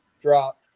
drop